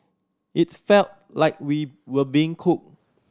it's felt like we were being cooked